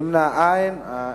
נמנעים, אין.